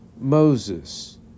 Moses